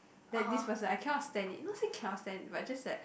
that this person I cannot stand it not say cannot stand but just that